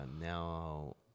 now